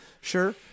sure